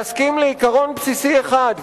להסכים לעיקרון בסיסי אחד,